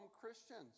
Christians